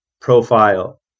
profile